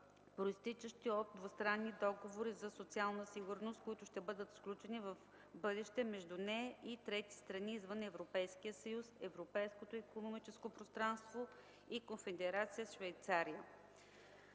произтичащи от двустранни договори за социална сигурност, които ще бъдат сключени в бъдеще между нея и трети страни извън Европейския съюз, Европейското икономическо пространство и Конфедерация Швейцария.